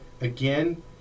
again